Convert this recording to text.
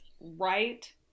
right